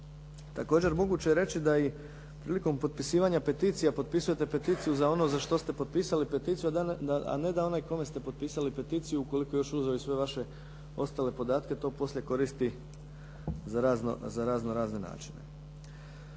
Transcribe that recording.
Također moguće je reći da i prilikom potpisivanja peticija potpisujete peticiju za ono za što ste potpisali peticiju, a ne da onaj kome ste potpisali peticiju, ukoliko je još uzeo i sve vaše ostale podatke, to poslije koristi za raznorazne načine.